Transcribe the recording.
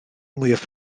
mwyaf